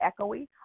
echoey